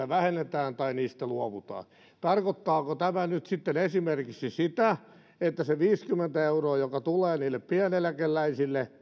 vähennetään tai niistä luovutaan tarkoittaako tämä nyt sitten esimerkiksi sitä että saattaa olla että sitä viittäkymmentä euroa joka tulee niille pieneläkeläisille